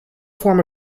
form